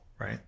right